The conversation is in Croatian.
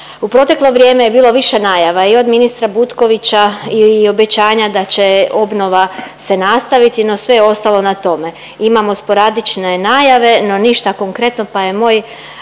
U proteklo vrijeme je bilo više najava i od ministra Butkovića i obećanja da će obnova se nastaviti, no sve je ostalo na tome. Imamo sporadične najave, no ništa konkretno pa je moj